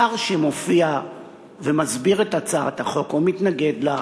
השר שמופיע ומסביר את הצעת החוק או מתנגד לה,